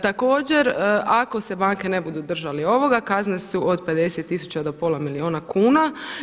Također ako se banke ne budu držali ovoga, kazne su od 50 tisuća do pola milijuna kuna.